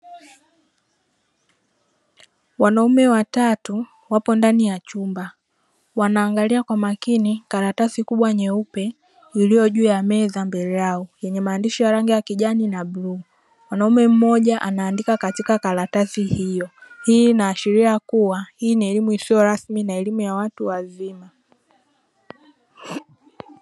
Wanaume watatu wapo ndani ya chumba, wanaangalia kwa makini karatasi kubwa nyeupe iliyo juu ya meza mbele yao; yenye maandishi ya rangi ya kijani na bluu. Mwanaume mmoja anaandika katika karatasi hiyo. Hii inaashiria kuwa hii ni elimu isiyo rasmi na elimu ya watu wazima.